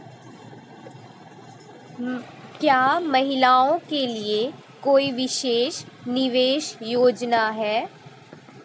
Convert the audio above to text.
क्या महिलाओं के लिए कोई विशेष निवेश योजना है?